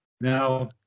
Now